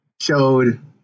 showed